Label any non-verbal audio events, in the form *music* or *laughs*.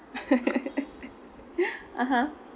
*laughs* (uh huh)